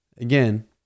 again